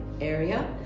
area